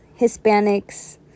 Hispanics